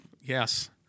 Yes